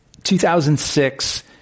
2006